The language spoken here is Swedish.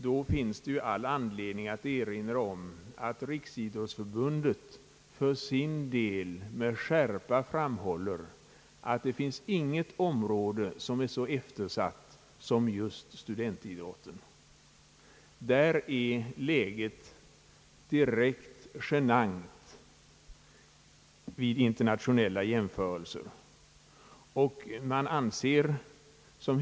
Då finns det all anledning att erinra om att Riksidrottsförbundet för sin del med skärpa framhåller, att inget område är så eftersatt som studentidrotten. Vid internationella jämförelser är läget direkt genant.